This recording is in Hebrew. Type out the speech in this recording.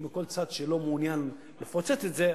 או מכל צד שמעוניין לפוצץ את זה,